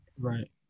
Right